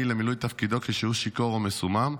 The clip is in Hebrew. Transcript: למילוי תפקידו כשהוא שיכור או מסומם,